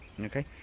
Okay